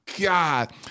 God